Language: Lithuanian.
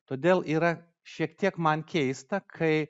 todėl yra šiek tiek man keista kai